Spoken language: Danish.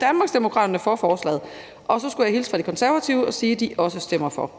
Danmarksdemokraterne for forslaget. Så skulle jeg hilse fra De Konservative og sige, at de også stemmer for.